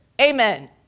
amen